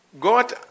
God